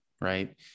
right